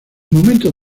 momento